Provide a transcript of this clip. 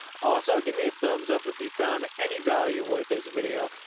also give me a thumbs up, if you found any value with this video.